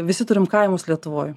visi turim kaimus lietuvoj